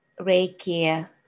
Reiki